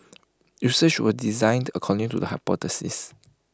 research was designed according to the hypothesis